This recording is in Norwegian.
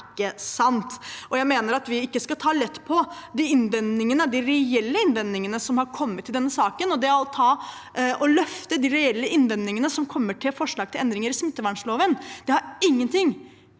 mener at vi ikke skal ta lett på de reelle innvendingene som har kommet i denne saken. Det å løfte de reelle innvendingene som kommer til forslag til endringer i smittevernloven, har ingenting